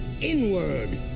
inward